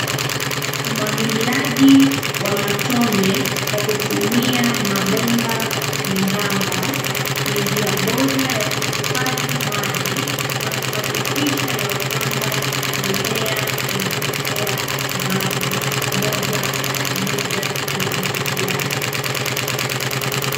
Umwagiliaji wa matone kwa kutumia mabomba membamba, ni njia bora ya kuhifadhi maji, na kuhakikisha ya kwamba, mimea, inapokea, maji, moja kwa moja, kwenye mzizi yake.